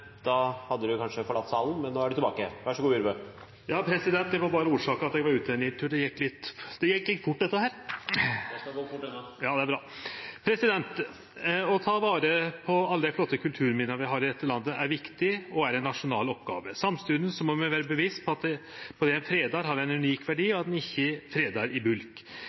må berre orsake at eg var ute ein liten tur. Det gjekk litt fort, dette her. Det skal gå fort unna. Ja, det er bra. Å ta vare på alle dei flotte kulturminna vi har i dette landet, er viktig og er ei nasjonal oppgåve. Samstundes må vi vere bevisste på at det ein fredar, har ein unik verdi, og at ein ikkje fredar i bulk.